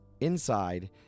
Inside